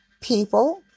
People